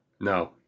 No